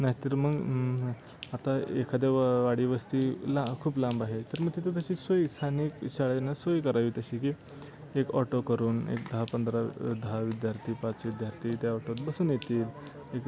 नाहीतर मग आता एखाद्या व वाडी वस्ती ला खूप लांब आहे तर मग तिथं तशी सोयी स्थानिक शाळेनं सोय करावी तशी की एक ऑटो करून एक दहा पंधरा दहा विद्यार्थी पाच विद्यार्थी त्या ऑटोत बसून येतील एक